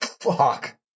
Fuck